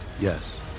Yes